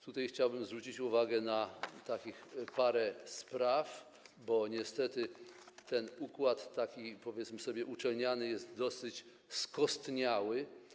Tutaj chciałbym zwrócić uwagę na parę spraw, bo niestety ten układ, powiedzmy sobie, uczelniany jest dosyć skostniały.